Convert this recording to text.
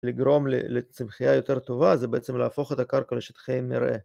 לגרום לצמחייה יותר טובה זה בעצם להפוך את הקרקע לשטחי מרעה.